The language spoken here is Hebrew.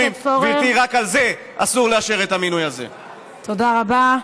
תודה רבה.